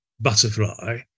butterfly